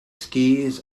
skis